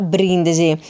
Brindisi